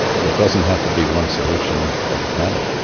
there doesn't have to be one solution for the planet.